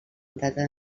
data